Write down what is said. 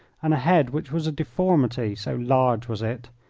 and a head which was a deformity, so large was it.